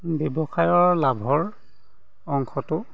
ব্যৱসায়ৰ লাভৰ অংশটো